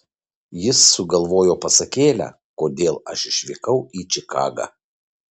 jis sugalvojo pasakėlę kodėl aš išvykau į čikagą